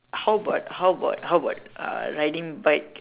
how about how about how about uh riding bike